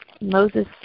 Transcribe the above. Moses